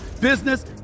business